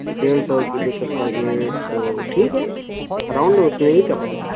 ڈیڑھ سو کلو تک کا گیٹ تو ٹھیک ہے اراؤنڈ اتنے کا ہی بنتا ہے